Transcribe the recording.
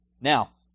Now